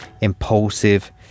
impulsive